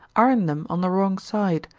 iron them on the wrong side,